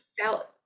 felt